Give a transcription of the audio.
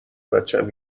بچم